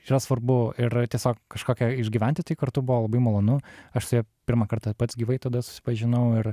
yra svarbu ir tiesiog kažkokia išgyventi tai kartu buvo labai malonu aš su ja pirmą kartą pats gyvai tada susipažinau ir